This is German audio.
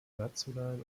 nationalen